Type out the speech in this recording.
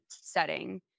setting